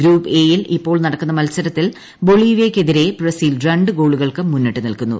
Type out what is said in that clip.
group A യിൽ ഇപ്പോൾ നടക്കുന്ന മൽസരത്തിൽ ബൊളീവിയയ്ക്കെതിരെ ബ്രസീൽ രണ്ട് ഗോളുകൾക്ക് മുന്നിട്ട് നിൽക്കുന്നു